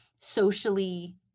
socially